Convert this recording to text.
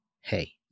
Hey